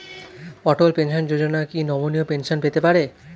অটল pension Yojana কি নমনীয় pension পেতে পারে?